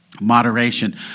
Moderation